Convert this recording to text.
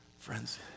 Friends